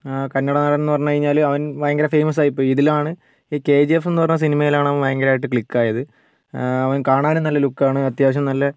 ആ കന്നഡ നടൻ എന്നു പറഞ്ഞു കഴിഞ്ഞാൽ അവൻ ഭയങ്കര ഫെയ്മസായിപ്പോയി ഇതിലാണ് ഈ കെ ജി എഫ് എന്നു പറഞ്ഞ സിനിമയിലാണ് അവൻ ഭയങ്കരമായിട്ട് ക്ലിക്കായത് അവൻ കാണാനും നല്ല ലുക്കാണ് അത്യാവശ്യം നല്ല